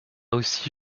aussi